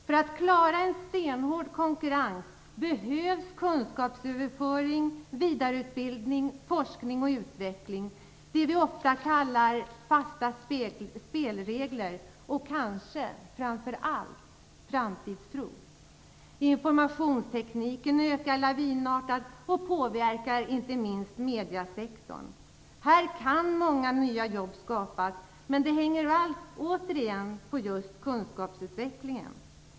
För att klara en stenhård konkurrens behövs kunskapsöverföring, vidareutbildning, forskning och utveckling, det vi ofta kallar "fasta spelregler", och kanske framför allt framtidstro. Informationstekniken ökar lavinartat och påverkar inte minst mediesektorn. Här kan många nya jobb skapas, men det hänger återigen på just kunskapsutvecklingen.